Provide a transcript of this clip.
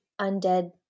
undead